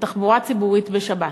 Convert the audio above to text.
לתחבורה ציבורית בשבת.